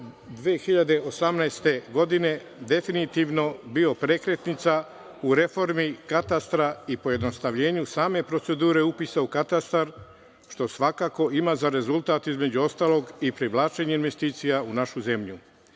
2018. godine definitivno bio prekretnica u reformi katastra i pojednostavljenju same procedure upisa u katastar, što svakako ima za rezultat, između ostalog i privlačenje investicija u našu zemlju. Dakle,